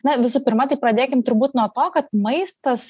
na visų pirma tai pradėkim turbūt nuo to kad maistas